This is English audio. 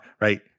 right